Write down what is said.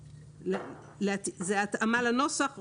זאת התאמה לנוסח.